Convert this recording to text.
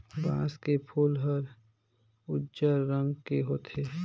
बांस के फूल हर उजर रंग के होथे